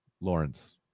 Lawrence